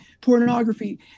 pornography